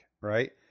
Right